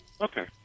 okay